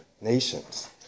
nations